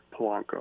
Polanco